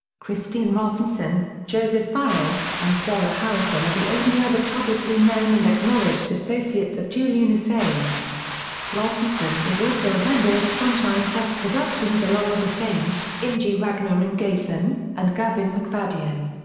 kristinn hrafnsson, joseph farrell, and sarah harrison are the only other publicly known and acknowledged associates of julian assange. hrafnsson is also a member of sunshine press productions along with assange, ingi ragnar ingason, and gavin macfadyen.